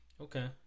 Okay